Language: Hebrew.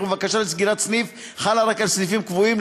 בבקשה לסגירת סניף חלה רק על סניפים קבועים,